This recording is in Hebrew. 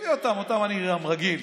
עזבי אותם, אני גם רגיל,